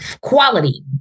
quality